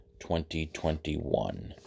2021